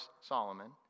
Solomon